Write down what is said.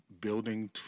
building